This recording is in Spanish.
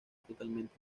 totalmente